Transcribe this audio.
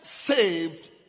saved